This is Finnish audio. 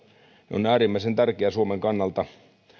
on äärimmäisen tärkeä suomen kannalta